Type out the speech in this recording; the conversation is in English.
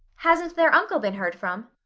hasn't their uncle been heard from?